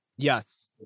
Yes